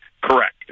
Correct